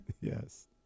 yes